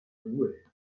ruhe